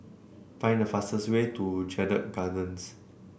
find the fastest way to Jedburgh Gardens